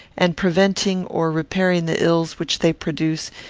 and preventing or repairing the ills which they produce,